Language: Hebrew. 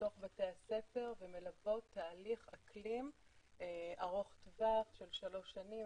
לבתי הספר ומלוות תהליך אקלים ארוך טווח של שלוש שנים.